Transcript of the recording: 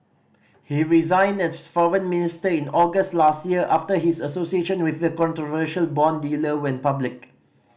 he resigned as foreign minister in August last year after his association with the controversial bond dealer went public